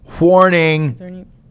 Warning